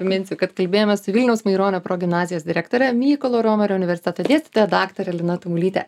priminsiu kad kalbėjomės su vilniaus maironio progimnazijos direktore mykolo romerio universiteto dėstytoja daktare lina tamulyte